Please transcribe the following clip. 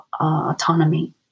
autonomy